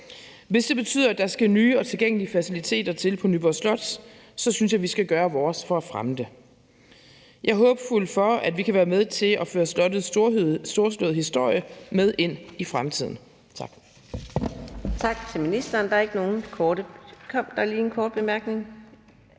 Hvis det betyder, at der skal nye og tilgængelige faciliteter til på Nyborg Slot, synes jeg, at vi skal gøre vores for at fremme det. Jeg er håbefuld, med hensyn til at vi kan være med til at føre slottets storslåede historie med ind i fremtiden.